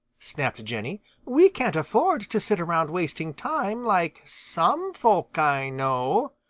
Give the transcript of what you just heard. snapped jenny we can't afford to sit around wasting time like some folk i know.